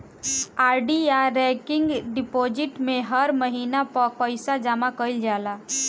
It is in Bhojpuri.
आर.डी या रेकरिंग डिपाजिट में हर महिना पअ पईसा जमा कईल जाला